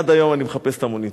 עד היום אני מחפש את המונית.